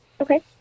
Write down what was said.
Okay